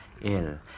ill